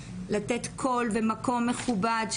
לתת קול ומקום מכובד,